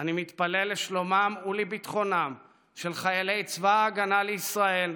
אני מתפלל לשלומם ולביטחונם של חיילי צבא ההגנה לישראל,